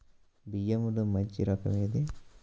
బియ్యంలో మంచి రకం ఏది?